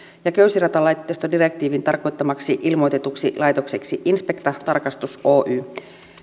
ja köysiratalaitteistodirektiivin tarkoittamaksi ilmoitetuksi laitokseksi inspecta tarkastus oy